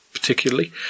particularly